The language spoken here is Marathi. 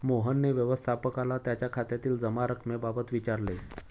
मोहनने व्यवस्थापकाला त्याच्या खात्यातील जमा रक्कमेबाबत विचारले